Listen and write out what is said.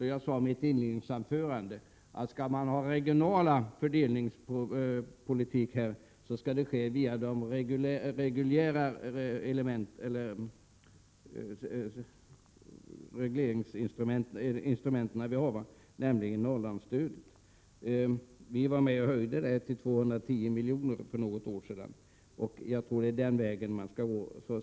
Och jag sade i mitt inledningsanförande, att om man skall ha en regional fördelningspolitik, så skall den gå via de regleringsinstrument som redan finns, dvs. Norrlandsstödet. Vi var för något år sedan med och höjde det stödet till 210 milj.kr. Jag tror att det är den vägen man skall gå.